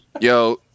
Yo